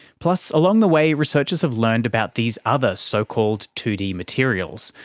plus, along the way researchers have learned about these other so-called two d materials,